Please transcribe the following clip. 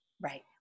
right